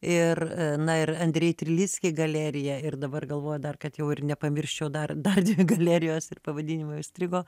ir na ir andrei trilitski galerija ir dabar galvoju dar kad jau ir nepamirščiau dar dar dvi galerijos ir pavadinimai užstrigo